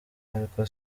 ariko